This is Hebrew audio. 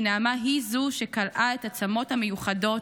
כי נעמה היא זאת שקלעה את הצמות המיוחדות